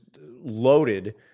loaded